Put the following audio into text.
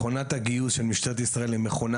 מכונת הגיוס של משטרת ישראל היא מכונה